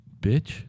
bitch